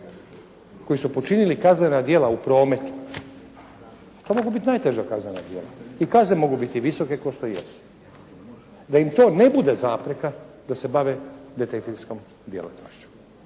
koji su počinili kaznena djela u prometu, to mogu biti najteža kaznena djela i kazne mogu biti visoke kao što jesu. Da im to ne bude zapreka da se bave detektivskom djelatnošću,